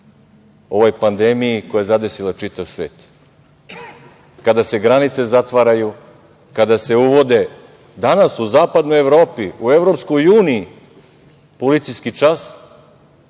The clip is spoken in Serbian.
ovoj pandemiji koja je zadesila čitav svet. Kada se granice zatvaraju, kada se uvode danas u zapadnoj Evropi u EU policijski čas,